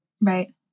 Right